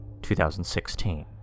2016